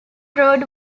road